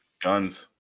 guns